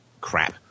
crap